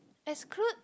exclude